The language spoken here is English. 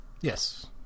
Yes